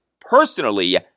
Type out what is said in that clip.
personally